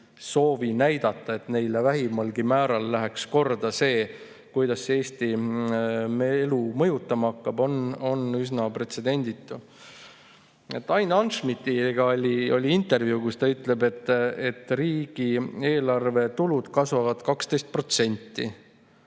soovi näidata, et neile vähimalgi määral läheks korda see, kuidas see Eesti elu mõjutama hakkab, on üsna pretsedenditu. Ain Hanschmidtiga oli intervjuu, kus ta ütleb: "Riigieelarve tulud kasvavad 12